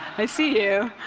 i see you.